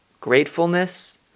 gratefulness